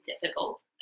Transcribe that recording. difficult